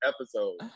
episode